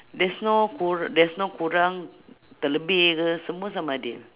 there's no kor~ there's no korang terlebih ke semua sama ada